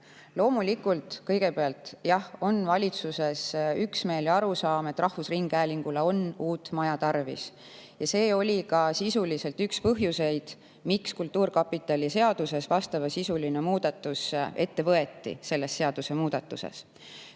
Loomulikult, kõigepealt jah, valitsuses on üksmeel ja arusaam, et rahvusringhäälingule on uut maja tarvis. See oli ka sisuliselt üks põhjuseid, miks kultuurkapitali seaduses vastavasisuline muudatus ette võeti selle seadusemuudatusega.